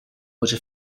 voce